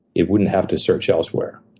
it wouldn't have to search elsewhere.